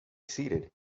seated